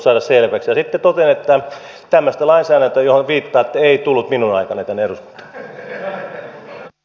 sitten totean että tämmöistä lainsäädäntöä johon viittaatte ei tullut minun aikanani tänne eduskuntaan